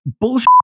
bullshit